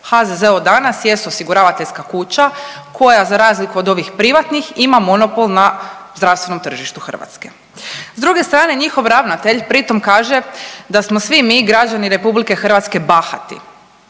HZZO danas jest osiguravateljska kuća koja za razliku od ovih privatnih ima monopol na zdravstvenom tržištu Hrvatske. S druge strane njihov ravnatelj pritom kaže da smo svi mi građani RH bahati, bahati